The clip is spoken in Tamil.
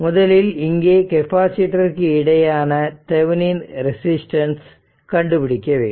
முதலில் இங்கே கெப்பாசிட்டர்ருக்கு இடையேயான தெவெனின் ரெசிஸ்டன்ஸ் கண்டுபிடிக்க வேண்டும்